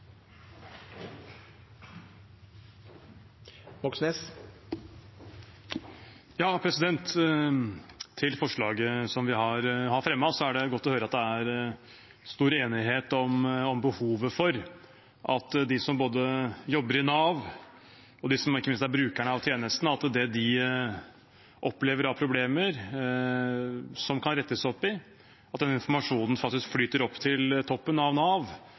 det godt å høre at det er stor enighet om behovet for at det de opplever både de som jobber i Nav, og ikke minst de som er brukerne av tjenestene av problemer, kan rettes opp i, at den informasjonen faktisk flyter opp til toppen av Nav